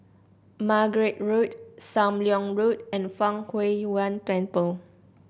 Margate Road Sam Leong Road and Fang Huo Yuan Temple